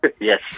Yes